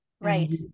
right